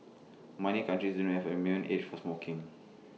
miny countries isn't have A minimum age for smoking